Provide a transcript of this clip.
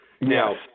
Now